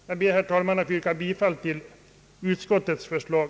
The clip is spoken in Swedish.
Jag ber, herr talman, att få yrka bifall till utskottets förslag.